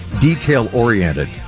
detail-oriented